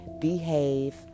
behave